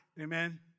Amen